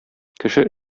кеше